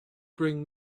bring